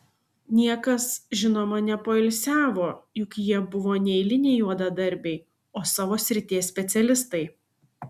niekas žinoma nepoilsiavo juk jie buvo ne eiliniai juodadarbiai o savo srities specialistai